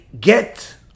get